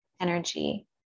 energy